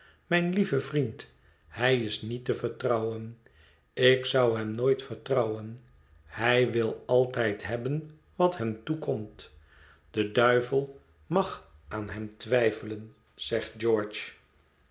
mijn lieve vriend hij is niet te vertrouwen ik zou hem nooit vertrouwen hij wil altijd hebben wat hem toekomt de duivel mag aan hem twijfelen zegt george